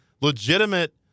legitimate